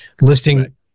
Listing